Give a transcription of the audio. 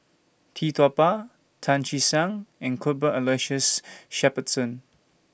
Tee Tua Ba Tan Che Sang and Cuthbert Aloysius Shepherdson